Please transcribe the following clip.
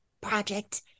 project